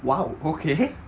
!wow! okay